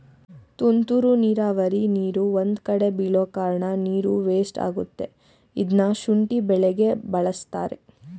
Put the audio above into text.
ತುಂತುರು ನೀರಾವರಿ ನೀರು ಒಂದ್ಕಡೆ ಬೀಳೋಕಾರ್ಣ ನೀರು ವೇಸ್ಟ್ ಆಗತ್ತೆ ಇದ್ನ ಶುಂಠಿ ಬೆಳೆಗೆ ಬಳಸ್ತಾರೆ